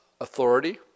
authority